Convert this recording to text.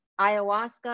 ayahuasca